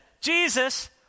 Jesus